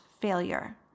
failure